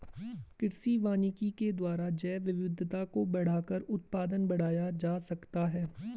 कृषि वानिकी के द्वारा जैवविविधता को बढ़ाकर उत्पादन बढ़ाया जा सकता है